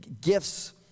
gifts